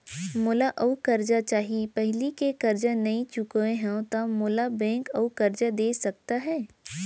मोला अऊ करजा चाही पहिली के करजा नई चुकोय हव त मोल ला बैंक अऊ करजा दे सकता हे?